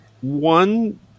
one